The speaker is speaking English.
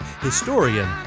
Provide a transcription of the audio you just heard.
historian